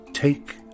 Take